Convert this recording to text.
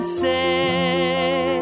say